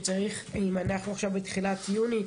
אם אנחנו עכשיו בתחילת יוני,